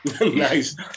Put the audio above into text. Nice